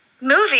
movie